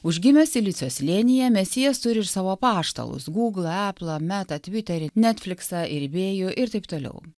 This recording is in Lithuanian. užgimęs silicio slėnyje mesijas turi ir savo apaštalus gūglą aplą meta tviterį netfliksą ir ebėjų ir taip toliau